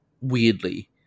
weirdly